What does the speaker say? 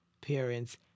parents